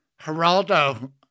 Geraldo